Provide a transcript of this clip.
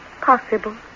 possible